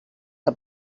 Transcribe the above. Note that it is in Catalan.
que